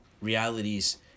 realities